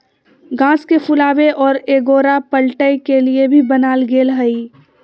घास के फुलावे और एगोरा पलटय के लिए भी बनाल गेल हइ